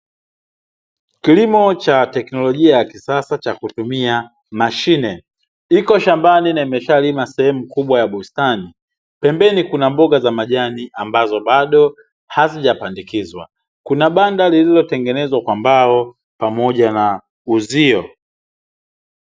Kilimo cha teknolojia ya kisasa cha kutumia mashine, iko shambani na imeshalima sehemu kubwa ya bustani. Pembeni kuna mboga za majani ambazo bado hazijapandikizwa, kuna banda lililotengenezwa kwa mbao pamoja na uzio.